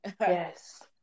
Yes